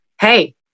hey